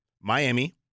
Miami